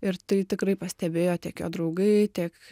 ir tai tikrai pastebėjo tiek jo draugai tiek